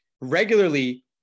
regularly